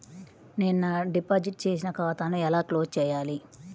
నేను నా డిపాజిట్ చేసిన ఖాతాను ఎలా క్లోజ్ చేయాలి?